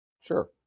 Sure